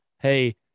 Hey